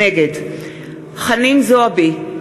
נגד חנין זועבי,